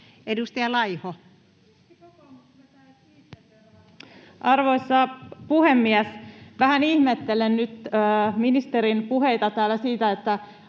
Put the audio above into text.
Edustaja Laiho. Arvoisa puhemies! Vähän ihmettelen nyt ministerin puheita täällä siitä, että